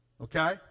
okay